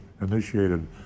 initiated